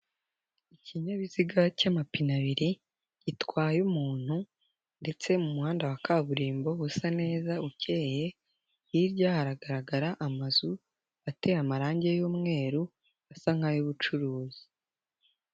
Ikinyabiziga cy'amapine abiri gitwaye umuntu ndetse mu muhanda wa kaburimbo usa neza ukeye, hirya haragaragara amazu ateye amarangi y'umweru asa nk'ay'ubucuruzi.